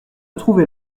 trouvait